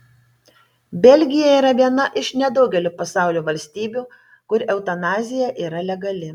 belgija yra viena iš nedaugelio pasaulio valstybių kur eutanazija yra legali